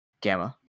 Gamma